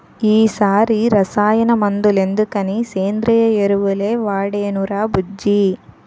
ఈ సారి రసాయన మందులెందుకని సేంద్రియ ఎరువులే వాడేనురా బుజ్జీ